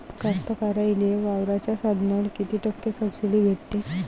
कास्तकाराइले वावराच्या साधनावर कीती टक्के सब्सिडी भेटते?